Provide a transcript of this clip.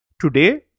Today